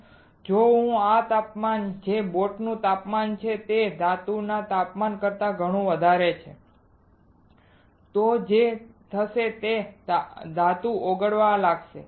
તેથી જો આ તાપમાન જે બોટનું તાપમાન છે તે ધાતુના તાપમાન કરતા ઘણું વધારે છે તો જે થશે તે ધાતુ ઓગળવા લાગશે